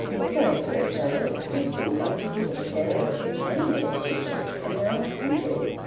besides, said charles, you have seen monkeys and parrots, and many other creatures, in their own country,